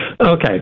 Okay